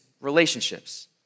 relationships